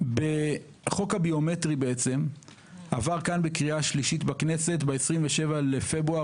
החוק הביומטרי עבר כאן בקריאה שלישית בכנסת ב-27 בפברואר